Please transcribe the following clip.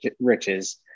riches